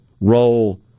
role